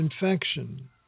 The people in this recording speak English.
infection